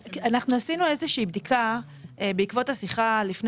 אנחנו עשינו איזושהי בדיקה בעקבות השיחה לפני